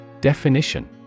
Definition